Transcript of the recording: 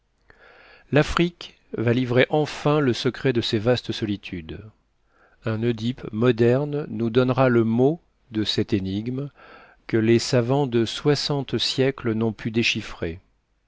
l'afrique va livrer enfin le secret de ses vastes solitudes un dipe moderne nous donnera le mot de cette énigme que les savants de soixante siècles n'ont pu déchiffrer